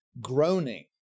groaning